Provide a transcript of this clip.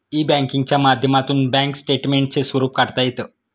E बँकिंगच्या माध्यमातून bank स्टेटमेंटचे स्वरूप काढता येतं